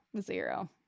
zero